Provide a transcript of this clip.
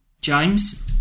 James